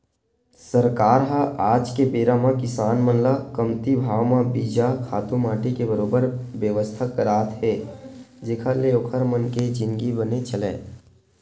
सरकार ह आज के बेरा म किसान मन ल कमती भाव म बीजा, खातू माटी के बरोबर बेवस्था करात हे जेखर ले ओखर मन के जिनगी बने चलय